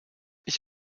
ich